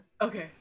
Okay